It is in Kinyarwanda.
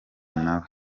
nawe